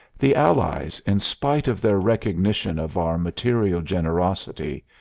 the allies, in spite of their recognition of our material generosity,